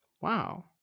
Wow